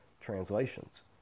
translations